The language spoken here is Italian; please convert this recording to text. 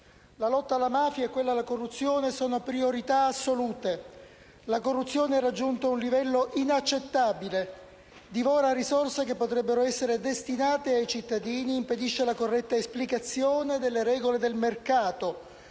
«La lotta alla mafia e quella alla corruzione sono priorità assolute. La corruzione ha raggiunto un livello inaccettabile. Divora risorse che potrebbero essere destinate ai cittadini. Impedisce la corretta esplicazione delle regole del mercato.